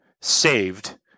saved